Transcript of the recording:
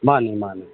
ꯃꯥꯅꯤ ꯃꯥꯅꯤ